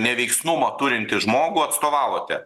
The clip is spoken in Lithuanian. neveiksnumą turintį žmogų atstovavote